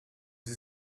sie